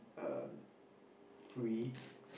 um free